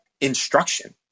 instruction